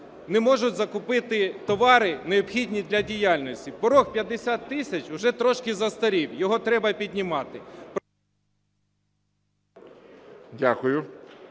не можуть закупити товари, необхідні для діяльності. Поріг – 50 тисяч вже трошки застарів, його треба піднімати…